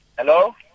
Hello